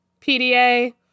PDA